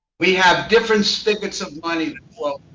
we have different spigots of money that flow.